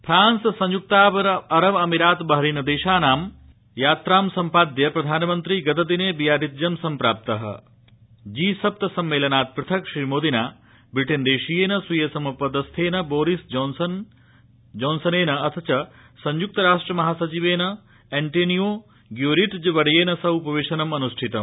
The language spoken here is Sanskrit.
फ्रांस संयुक्तारबामीरात बहरीन देशानां यात्रां सम्पाद्य प्रधानमन्त्री गतदिने बियारित्जं सम्प्राप्त जी सप्त सम्मेलानात् पृथक् श्रीमोदिना ब्रिटेन देशीयेन स्वीय समपदस्येन बोरिस जॉनसनेन अथ च संयुक्तराष्ट्र महासचिवेन एण्टोनियो ग्यूटेरीज़ वर्येन सह उपवेशनम् अनुष्ठितम्